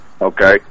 Okay